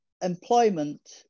employment